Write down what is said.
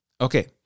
Okay